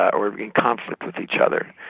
or in conflict with each other,